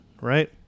right